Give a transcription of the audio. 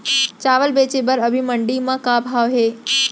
चांवल बेचे बर अभी मंडी म का भाव हे?